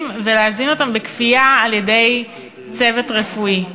ולהזין אותם בכפייה על-ידי צוות רפואי.